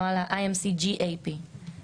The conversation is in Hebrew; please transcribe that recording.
נוהל ה-GAP-IMC.